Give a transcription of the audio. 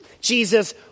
Jesus